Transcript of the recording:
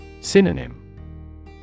Synonym